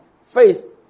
Faith